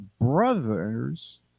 brothers